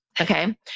Okay